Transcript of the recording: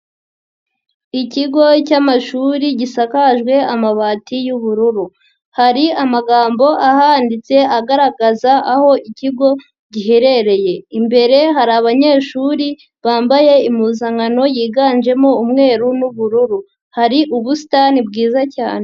Ikigo cy'amashuri gisakajwe amabati y'ubururu. Hari amagambo ahanditse agaragaza aho ikigo giherereye. Imbere hari abanyeshuri bambaye impuzankano yiganjemo umweru n'ubururu. Hari ubusitani bwiza cyane.